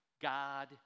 God